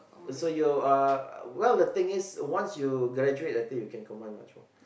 uh and so you are well the thing is once you graduate I think you can command much more